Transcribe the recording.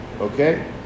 Okay